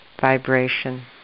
vibration